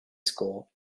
school